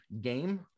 game